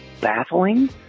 baffling